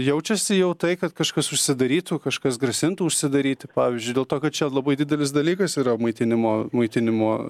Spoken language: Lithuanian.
jaučiasi jau tai kad kažkas užsidarytų kažkas grasintų užsidaryti pavyzdžiui dėl to kad čia labai didelis dalykas yra maitinimo maitinimo